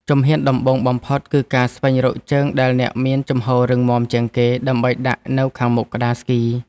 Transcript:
ជំហានដំបូងបំផុត គឺការស្វែងរកជើងដែលអ្នកមានជំហររឹងមាំជាងគេ ដើម្បីដាក់នៅខាងមុខក្ដារស្គី។